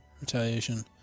Retaliation